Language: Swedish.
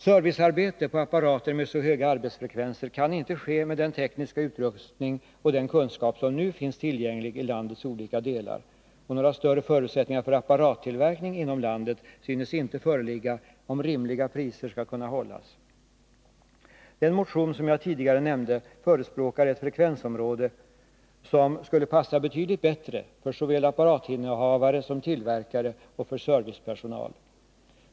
Servicearbete på apparater med så höga arbetsfrekvenser kan inte ske med den tekniska utrustning och den kunskap som nu finns tillgänglig i landets olika delar, och några större förutsättningar för apparattillverkning inom landet synes inte föreligga om rimliga priser skall kunna hållas. Den motion som jag tidigare nämnde förespråkar ett frekvensområde som skulle passa betydligt bättre för såväl apparatinnehavare som tillverkare och servicepersonal.